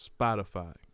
Spotify